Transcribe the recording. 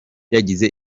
yagize